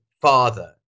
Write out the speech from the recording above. father